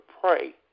pray